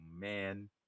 man